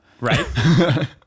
right